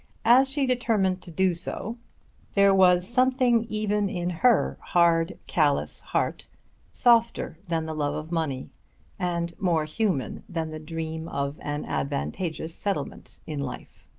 as she determined to do so there was something even in her hard callous heart softer than the love of money and more human than the dream of an advantageous settlement in life.